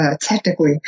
technically